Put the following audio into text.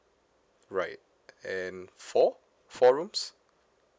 right and four four rooms